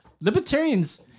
Libertarians